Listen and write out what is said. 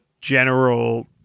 general